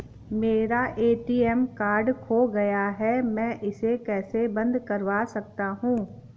मेरा ATM card खो गया है मैं इसे कैसे बंद करवा सकता हूँ?